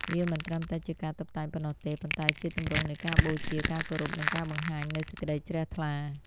វាមិនត្រឹមតែជាការតុបតែងប៉ុណ្ណោះទេ ប៉ុន្តែជាទម្រង់នៃការបូជា ការគោរព និងការបង្ហាញនូវសេចក្តីជ្រះថ្លា។